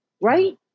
right